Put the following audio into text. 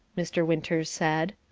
mr. winters said.